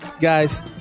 Guys